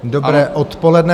Dobré odpoledne.